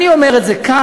אני אומר את זה כאן,